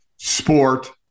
sport